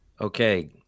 Okay